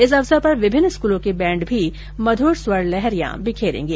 इस अवसर पर विभिन्न स्कूलों के बैंड भी मधुर स्वर लहरियां बिखेरेंगे